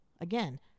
Again